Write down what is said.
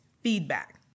feedback